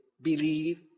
believe